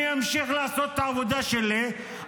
אני אמשיך לעשות את העבודה שלי,